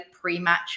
pre-match